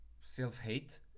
self-hate